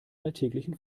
alltäglichen